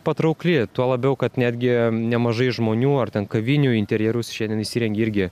patraukli tuo labiau kad netgi nemažai žmonių ar ten kavinių interjerus šiandien įsirengia irgi